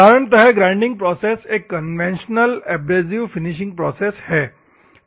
साधारणत grinding process एक conventional abrasive finishing process है